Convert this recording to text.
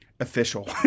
official